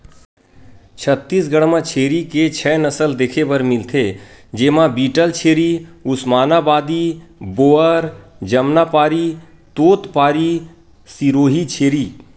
छत्तीसगढ़ म छेरी के छै नसल देखे बर मिलथे, जेमा बीटलछेरी, उस्मानाबादी, बोअर, जमनापारी, तोतपारी, सिरोही छेरी